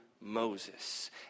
Moses